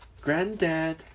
Granddad